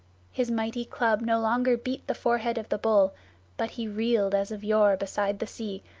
his mighty club no longer beat the forehead of the bull but he reeled as of yore beside the sea,